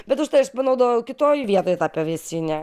bet užtai aš panaudojau kitoj vietoj tą pavėsinę